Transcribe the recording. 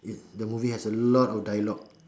ya the movie has a lot of dialogue